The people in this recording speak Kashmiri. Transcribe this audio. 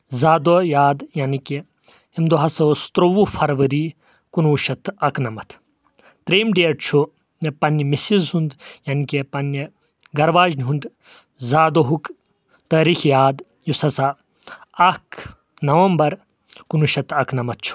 زا دۄہ یاد یعنی کہِ امہِ دۄہ ہسا اوس تروٚوُہ فرؤری کُنوُہ شیٚتھ تہٕ اکنمتھ تریٚیِم ڈیٹ چھُ مےٚ پننہِ مِسز ہُنٛد یعنی کہِ پننہِ گرواجنہِ ہُنٛد زا دۄہُک تٲریٖخ یاد یُس ہسا اکھ نومبر کُنوُہ شیٚتھ تہٕ اکنمتھ چھُ